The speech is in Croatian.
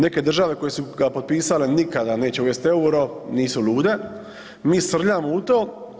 Neke države koje su ga potpisale nikada neće uvest EUR-o, nisu lude, mi srljamo u to.